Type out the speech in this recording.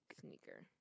sneaker